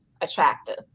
attractive